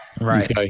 right